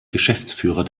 geschäftsführer